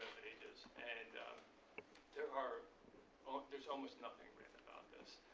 ages. and there are there's almost nothing written about this.